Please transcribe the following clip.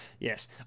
yes